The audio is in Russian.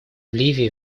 ливии